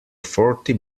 forty